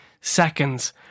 seconds